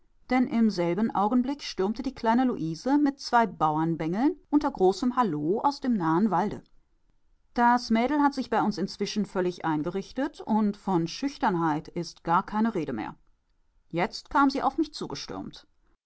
denn im selben augenblick stürmte die kleine luise mit zwei bauernbengeln unter großem hallo aus dem nahen walde das mädel hat sich bei uns inzwischen völlig eingerichtet und von schüchternheit ist gar keine rede mehr jetzt kam sie auf mich zugestürmt